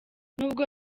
n’ubwo